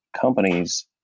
companies